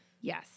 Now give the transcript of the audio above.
Yes